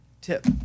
tip